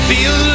Feel